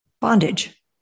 Bondage